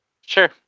Sure